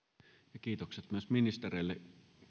ja kiitokset myös ministereille